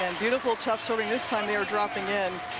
and beautiful serving this time. they're dropping in.